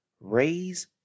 Raise